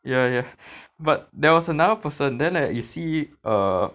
ya ya but there was another person then like you see err